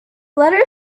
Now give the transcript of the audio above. letter